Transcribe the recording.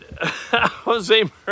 Jose